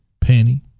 Penny